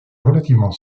relativement